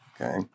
okay